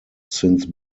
since